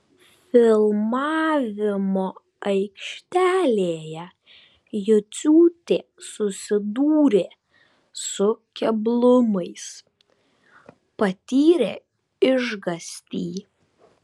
filmavimo aikštelėje juciūtė susidūrė su keblumais patyrė išgąstį